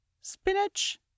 spinach